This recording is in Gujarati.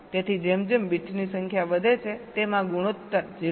તેથી જેમ જેમ બિટ્સની સંખ્યા વધે છે તેમ આ ગુણોત્તર 0